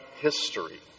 history